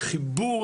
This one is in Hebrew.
חיבור